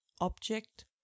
object